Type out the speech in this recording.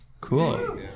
Cool